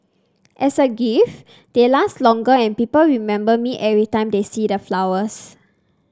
as a gift they last longer and people remember me every time they see the flowers